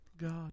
God